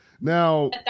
Now